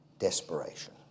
desperation